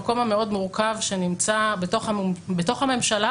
המקום המורכב מאוד שנמצא בתוך הממשלה